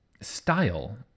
Style